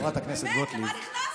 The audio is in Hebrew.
באמת, למה נכנסתי?